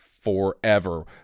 Forever